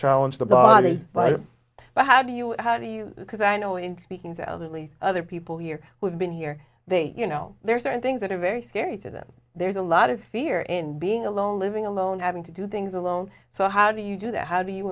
challenge the body but but how do you how do you because i know in speaking to other only other people here we've been here they you know there are certain things that are very scary to them there's a lot of fear and being alone living alone having to do things alone so how do you do that how do you